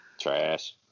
Trash